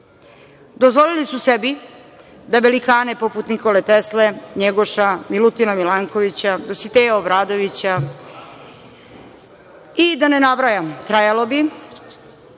Dozvolili su sebi da velike poput Nikole Tesle, Njegoša, Milutina Milankovića, Dositeja Obradovića, i da ne nabrajam, trajalo bi,